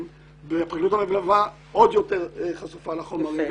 ופרקליטות המדינה עוד יותר חשופה לחומרים,